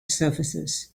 surfaces